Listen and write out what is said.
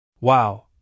Wow